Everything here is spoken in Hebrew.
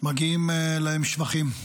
מגיעים להם שבחים.